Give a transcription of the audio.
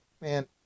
man